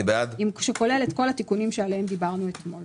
שכולל את כל התיקונים שעליהם דיברנו אתמול.